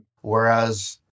Whereas